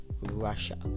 russia